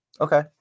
Okay